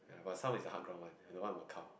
ya but some is hard ground one like the one in Macau